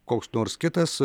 koks nors kitas